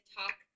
talk